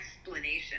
explanation